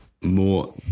more